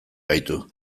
gaitu